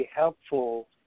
helpful